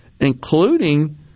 including